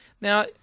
Now